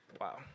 Wow